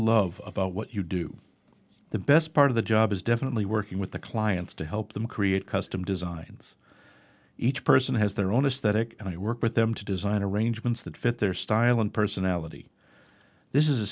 love about what you do the best part of the job is definitely working with the clients to help them create custom design each person has their own aesthetic and i work with them to design arrangements that fit their style and personality this is